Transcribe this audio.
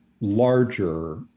larger